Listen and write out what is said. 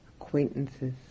acquaintances